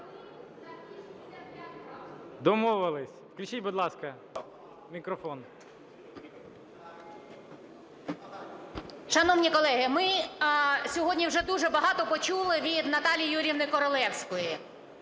Домовились. Включіть, будь ласка, мікрофон. 13:21:16 ГРИБ В.О. Шановні колеги, ми сьогодні вже дуже багато почули від Наталії Юріївни Королевської.